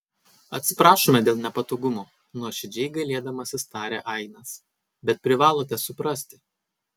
atsiprašome dėl nepatogumų nuoširdžiai gailėdamasis tarė ainas bet privalote suprasti